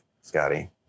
Scotty